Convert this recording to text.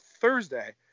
Thursday